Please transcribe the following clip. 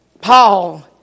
Paul